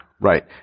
Right